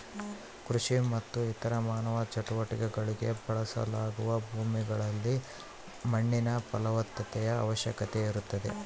ಕೃಷಿ ಮತ್ತು ಇತರ ಮಾನವ ಚಟುವಟಿಕೆಗುಳ್ಗೆ ಬಳಸಲಾಗುವ ಭೂಮಿಗಳಲ್ಲಿ ಮಣ್ಣಿನ ಫಲವತ್ತತೆಯ ಅವಶ್ಯಕತೆ ಇರುತ್ತದೆ